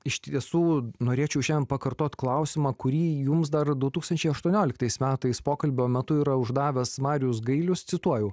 iš tiesų norėčiau šiandien pakartot klausimą kurį jums dar du tūkstančiai aštuonioliktais metais pokalbio metu yra uždavęs marijus gailius cituoju